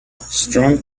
strong